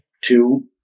Two